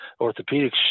Orthopedics